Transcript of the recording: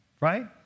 Right